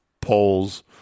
polls